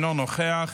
אינו נוכח.